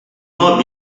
not